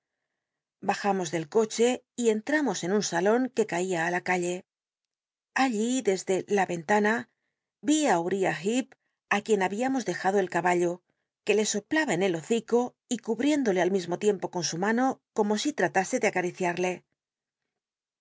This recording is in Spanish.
bajamos del coche y entramos en un saloh que c tia á la calle allí desde la cnlana i uriuh lleep i uicn habíamos dejado el caballo que le soplaba en el hocico y cubl'iéndole al mismo tiempo con suma no como si ltatase de acariciarle